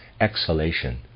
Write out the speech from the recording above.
exhalation